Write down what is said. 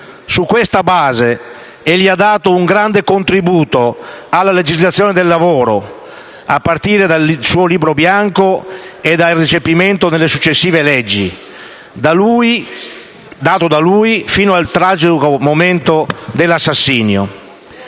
Su questa base egli ha dato un grande contributo alla legislazione del lavoro, a partire dal suo Libro bianco e dal suo recepimento nelle successive leggi, fino al tragico momento dell'assassinio.